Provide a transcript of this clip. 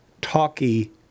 talky